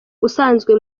usanzwe